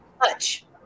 touch